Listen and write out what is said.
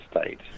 state